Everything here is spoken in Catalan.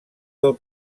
del